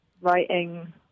writing